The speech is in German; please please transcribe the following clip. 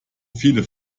viele